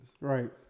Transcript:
Right